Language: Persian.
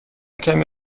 کمی